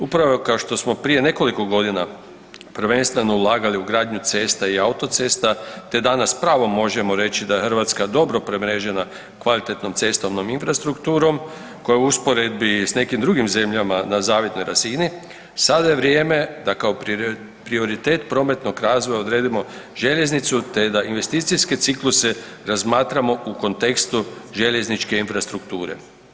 Upravo kao što smo prije nekoliko godina prvenstveno ulagali u gradnju cesta i autocesta te danas s pravom možemo reći da je Hrvatska dobro premrežena kvalitetnom cestovnom infrastrukturom koja je u usporedbi sa nekim drugim zemljama, na zavidnoj razini, sada je vrijeme da kao prioritet prometnog razvoja odredimo željeznicu te da investicijske cikluse razmatramo u kontekstu željezničke infrastrukture.